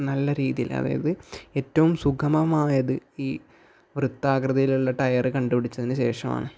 നല്ല രീതിയിൽ അതായത് ഏറ്റവും സുഗമമായത് ഈ വൃത്താകൃതിയിലുള്ള ടയർ കണ്ടുപിടിച്ചതിന് ശേഷമാണ്